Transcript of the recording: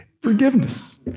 Forgiveness